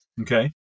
Okay